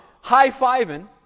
high-fiving